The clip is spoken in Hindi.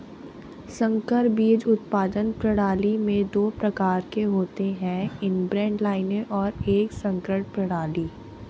संकर बीज उत्पादन प्रणाली में दो प्रकार होते है इनब्रेड लाइनें और एक संकरण प्रणाली